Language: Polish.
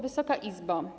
Wysoka Izbo!